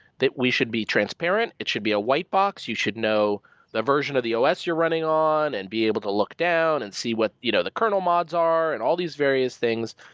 that we should be transparent. it should be a white box. you should know the version of the os you're running on and be able to look down and see what you know the kernel mods are and all these various things,